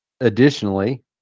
additionally